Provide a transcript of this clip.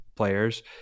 players